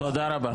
אין בעיה.